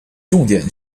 重点